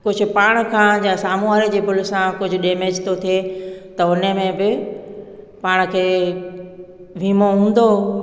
कुझु पाण खां या साम्हूं वारे जे पुल सां कुझु डैमेज थो थिए त हुन में बि पाण खे वीमो हूंदो